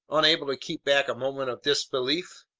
unable to keep back a movement of disbelief.